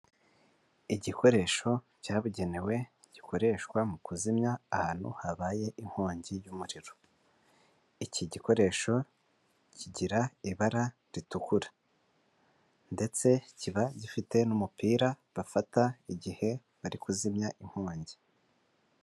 Igikoresho cyabugenewe gikoreshwa mu kuzimya ahantu habaye inkongi y'umuriro, iki gikoresho kigira ibara ritukura ndetse kiba gifite n'umupira bafata igihe bari kuzimya inkongi.